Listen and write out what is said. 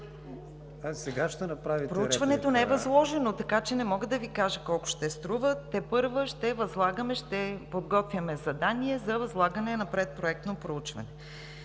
Проучването не е възложено, така че не мога да Ви кажа колко ще струва. Тепърва ще възлагаме, ще подготвяме задание за възлагане на предпроектно проучване.